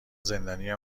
زندانی